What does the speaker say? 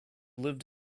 lived